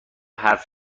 حرف